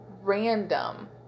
random